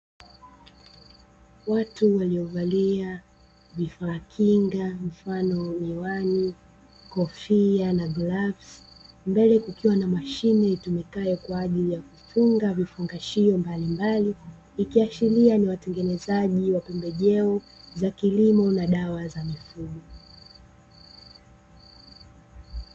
Watu waliovalia vifaa kinga mfano; miwani, kofia, na glavu, mbele kukiwa na mashine itumikayo kwa ajili ya kufunga vifungashio mbalimbali, ikiashiria ni watengenezaji wa pembejeo za kilimo na dawa za mifugo.